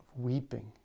weeping